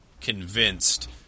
convinced